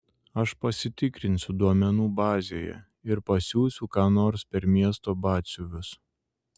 aš pasitikrinsiu duomenų bazėje ir pasiųsiu ką nors per miesto batsiuvius